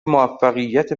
موفقیت